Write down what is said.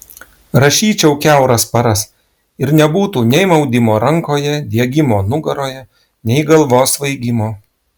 rašyčiau kiauras paras ir nebūtų nei maudimo rankoje diegimo nugaroje nei galvos svaigimo